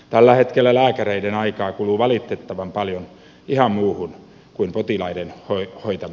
tällä hetkellä lääkäreiden aikaa kuluu valitettavan paljon ihan muuhun kuin potilaiden hoitamiseen